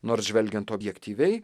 nors žvelgiant objektyviai